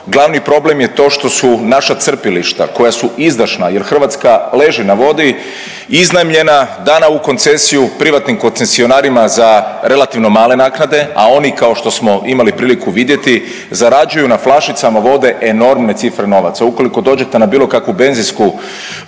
glavni problem je to što su naša crpilišta koja su izdašna jer Hrvatska leži na vodi, iznajmljena, dana u koncesiju, privatnim koncesionarima za relativno male naknade, a oni, kao što smo imali priliku vidjeti, zarađuju na flašicama vode enormne cifre novaca. Ukoliko dođete na bilo kakvu benzinsku